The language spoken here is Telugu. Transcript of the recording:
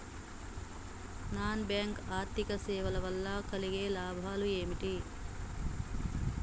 నాన్ బ్యాంక్ ఆర్థిక సేవల వల్ల కలిగే లాభాలు ఏమిటి?